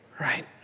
Right